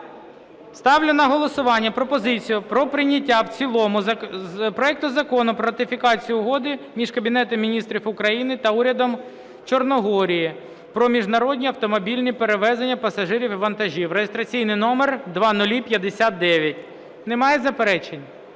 Ставлю на голосування пропозицію про прийняття в цілому проект Закону про ратифікацію Угоди між Кабінетом Міністрів України та Урядом Чорногорії про міжнародні автомобільні перевезення пасажирів і вантажів (реєстраційний номер 0059). Немає заперечень?